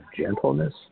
gentleness